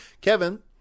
Kevin